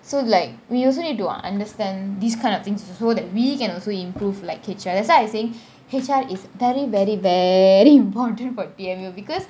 so like we also need to understand these kind of things so that we can also improve like H_R that's why I think H_R is very very very important for T_M_U because